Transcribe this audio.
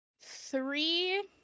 three